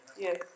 yes